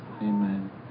Amen